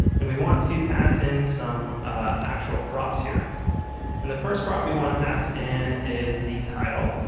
and we want to pass in some actual props here and the first prop we want to pass in is the title.